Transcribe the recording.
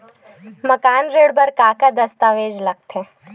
मकान ऋण बर का का दस्तावेज लगथे?